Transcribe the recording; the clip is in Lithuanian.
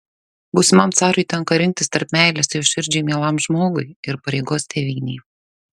būsimam carui tenka rinktis tarp meilės jo širdžiai mielam žmogui ir pareigos tėvynei